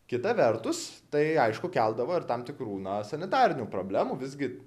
kita vertus tai aišku keldavo ir tam tikrų na sanitarinių problemų visgi